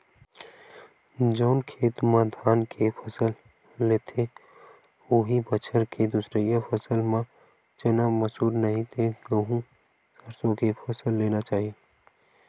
जउन खेत म धान के फसल लेथे, उहीं बछर के दूसरइया फसल म चना, मसूर, नहि ते गहूँ, सरसो के फसल लेना चाही